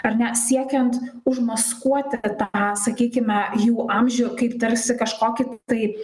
ar ne siekiant užmaskuoti tą sakykime jų amžių kaip tarsi kažkokį tai